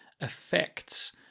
affects